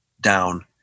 down